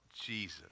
Jesus